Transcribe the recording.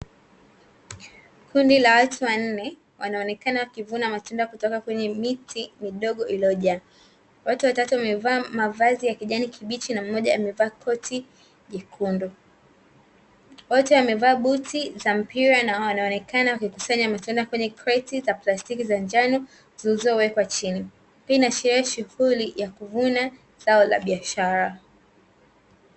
Kundi la watu wanne wanaonekana wakivuna matunda kutoka kwenye miti midogo iliyojaa. Watu watatu wamevaa mavazi ya kijani kibichi na mmoja amevaa koti jekundu. Wote wamevaa buti za mpira na wanaonekana wakikusanya matunda kwenye kreti za plastiki za njano zilizowekwa chini. Hii inaashiria shughuli ya kuvuna zao la biashara.